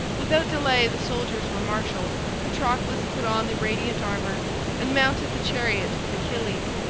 without delay the soldiers were marshalled, patroclus put on the radiant armor and mounted the chariot of achilles,